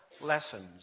lessons